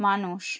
মানুষ